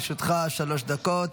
לרשותך שלוש דקות.